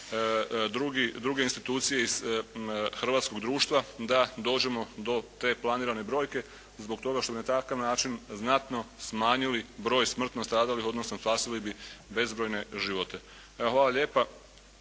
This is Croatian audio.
druge institucije iz hrvatskog društva da dođemo do te planirane brojke zbog toga što na takav način znatno smanjili broj smrtno stradalih, odnosno spasili bi bezbrojne živote. Evo hvala lijepa.